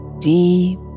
deep